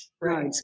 Right